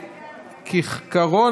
כעיקרון,